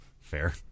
Fair